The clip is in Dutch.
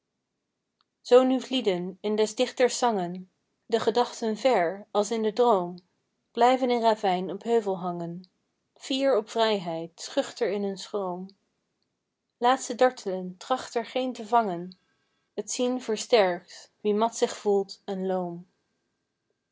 zoo nu vlieden in des dichters zangen de gedachten ver als in den droom blijven in ravijn op heuvel hangen fier op vrijheid schuchter in hun schroom laat ze dartelen tracht er geen te vangen t zien versterkt wie mat zich voelt en loom